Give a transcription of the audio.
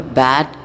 bad